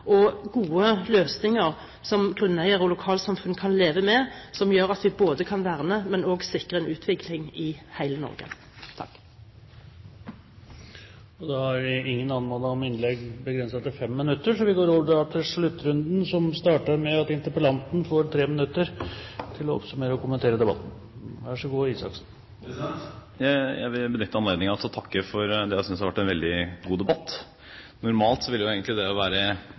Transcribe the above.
og gode løsninger som grunneiere og lokalsamfunn kan leve med, som gjør at vi både kan verne og sikre en utvikling i hele Norge. Jeg vil benytte anledningen til å takke for det jeg synes har vært en veldig god debatt. Normalt ville jo egentlig det å være i allianse med lokale SV-ere og representanten Lundteigen gjort meg litt ukomfortabel, men i akkurat denne situasjonen tror jeg det betyr at vi er inne på noe som er viktig og riktig. Jeg